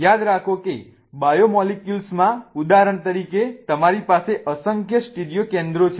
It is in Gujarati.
યાદ રાખો કે બાયોમોલેક્યુલ્સમાં ઉદાહરણ તરીકે તમારી પાસે અસંખ્ય સ્ટીરિયો કેન્દ્રો છે